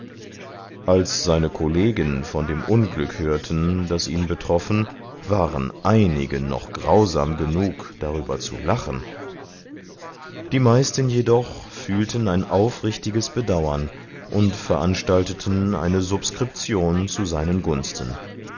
als seine kollegen von dem unglück hörten das ihn betroffen waren einige noch grausam genug darüber zu lachen die meisten jedoch fühlten ein aufrichtiges bedauern und veranstalteten eine subskription zu seinen gunsten